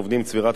צבירת רווחים,